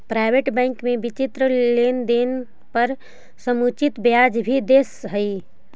private bank वित्तीय लेनदेन पर समुचित ब्याज भी दे हइ